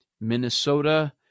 Minnesota